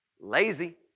Lazy